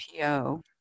PO